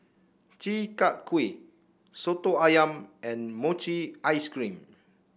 Chi Kak Kuih soto ayam and Mochi Ice Cream